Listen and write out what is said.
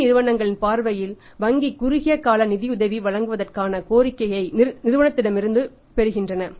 நிதி நிறுவனங்களின் பார்வையில் வங்கி குறுகிய கால நிதியுதவி வழங்குவதற்கான கோரிக்கையை நிறுவனத்திடமிருந்து பெறுகின்றன